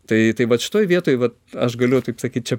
tai tai vat šitoj vietoj vat aš galiu taip sakyti čia